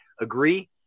Agree